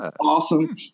Awesome